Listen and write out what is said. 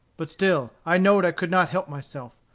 but still i know'd i could not help myself.